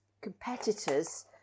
Competitors